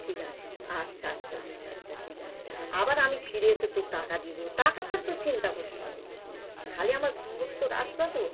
ঠিক আছে আচ্ছা আচ্ছা আচ্ছা আচ্ছা ঠিক আছে আবার আমি ফিরে এসে তোর টাকা দিয়ে দেবো টাকা তার তোর চিন্তা করতে হবে না খালি আমার দূরত্ব রাস্তা তো